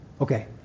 Okay